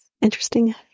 interesting